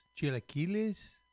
Chilaquiles